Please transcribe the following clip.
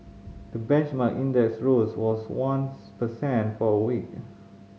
the benchmark index rose was one's per cent for a week